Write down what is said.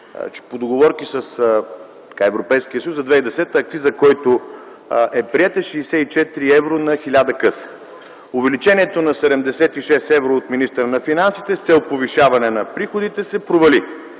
По договорки с Европейския съюз за 2010 г. акцизът, който е приет, е 64 евро на 1000 къса. Увеличението на 76 евро от министъра на финансите с цел повишаване на приходите се провали.